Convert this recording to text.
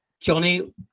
Johnny